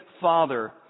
father